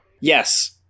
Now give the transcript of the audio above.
Yes